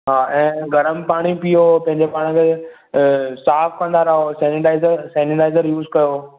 हा ऐं गरमु पाणी पीओ पंहिंजे पाण खे साफ़ु कंदा रहो सैनीटाइजर सैनीटाइजर यूस कयो